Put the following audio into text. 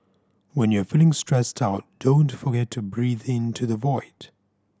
when you are feeling stressed out don't forget to breathe into the void